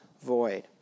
void